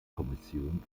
kommission